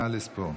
נא לספור.